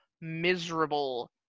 miserable